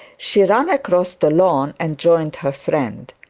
she ran across the lawn and joined her friend.